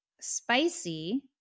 spicy